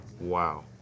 Wow